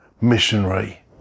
missionary